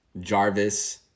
Jarvis